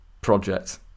project